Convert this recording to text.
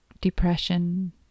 depression